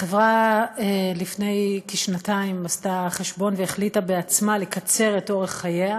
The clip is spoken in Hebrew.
החברה לפני כשנתיים עשתה חשבון והחליטה בעצמה לקצר את אורך חייה,